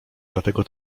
dlatego